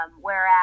whereas